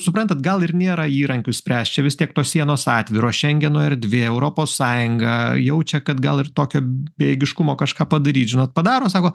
suprantat gal ir nėra įrankių spręst čia vis tiek tos sienos atviros šengeno erdvė europos sąjunga jaučia kad gal ir tokio bejėgiškumo kažką padaryt žinot padaro sako